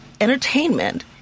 entertainment